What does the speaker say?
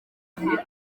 wabibona